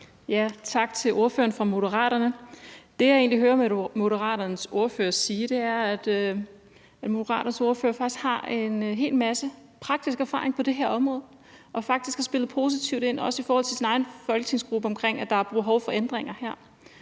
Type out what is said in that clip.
Tak til ordføreren for Moderaterne. Det, jeg egentlig hører Moderaternes ordfører sige, er, at Moderaternes ordfører faktisk har en hel masse praktisk erfaring på det her område og faktisk har spillet positivt ind, også i forhold til sin egen folketingsgruppe, omkring, at der er behov for ændringer her.